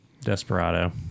Desperado